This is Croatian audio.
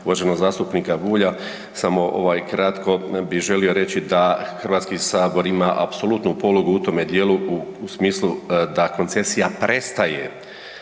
uvaženog zastupnika Bulja samo ovaj kratko bi želio reći da Hrvatski sabor ima apsolutnu polugu u tome dijelu u smislu da koncesija prestaje